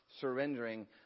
Surrendering